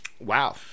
Wow